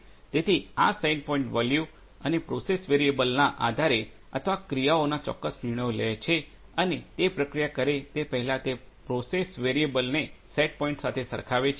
તેથી set point value અને process variable ના આધારે અથવા ક્રિયાઓનાં ચોક્કસ નિર્ણયો લે છે અને તે પ્રક્રિયા કરે તે પહેલાં તે પ્રોસેસ વેરિયેબલને સેટ પોઇન્ટ સાથે સરખાવે છે